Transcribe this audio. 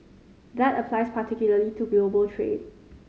that applies particularly to global trade